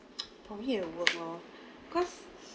probably at work lor cause